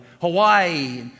Hawaii